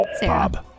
Bob